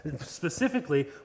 Specifically